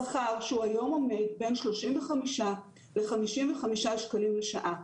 שכר שהוא היום עומד בין 35-55 שקלים לשעה,